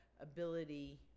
ability